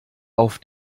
auf